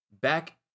back